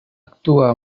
actúa